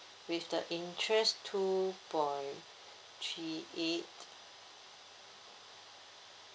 with the interest two point three eight